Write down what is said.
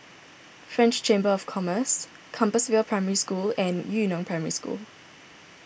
French Chamber of Commerce Compassvale Primary School and Yu Neng Primary School